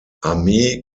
armee